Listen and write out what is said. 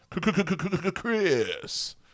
Chris